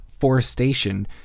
forestation